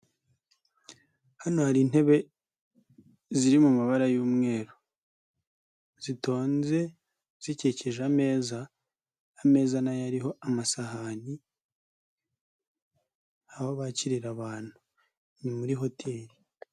Hano hari intebe ziri mu mabara y'umweru, zitonze zikikije ameza, ameza nayo ariho amasahani aho bakirira abantu ni muri hoteri.